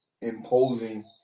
imposing